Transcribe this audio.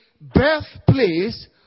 birthplace